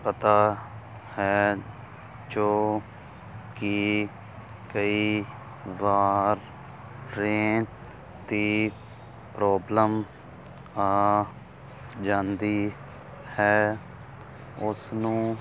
ਪਤਾ ਹੈ ਜੋ ਕਿ ਕਈ ਵਾਰ ਰੇਤ ਦੀ ਪ੍ਰੋਬਲਮ ਆ ਜਾਂਦੀ ਹੈ ਉਸ ਨੂੰ